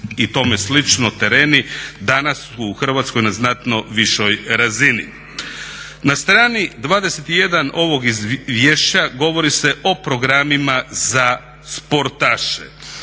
i tome slično, tereni, danas su u Hrvatskoj na znatno višoj razini. Na strani 21 ovog izvješća govori se o programima za sportaše